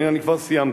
הנה, אני כבר סיימתי.